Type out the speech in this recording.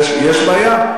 יש בעיה.